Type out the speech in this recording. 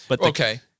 Okay